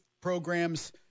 programs